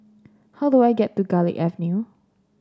how do I get to Garlick Avenue